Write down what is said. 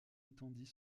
étendit